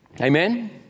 Amen